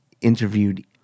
interviewed